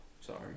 sorry